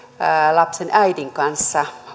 lapsen äidin kanssa